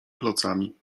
klocami